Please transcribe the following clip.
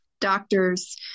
doctors